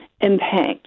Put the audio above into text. impact